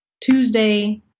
Tuesday